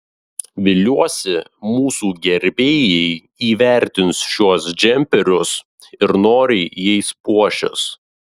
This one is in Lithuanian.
viliuosi mūsų gerbėjai įvertins šiuos džemperius ir noriai jais puošis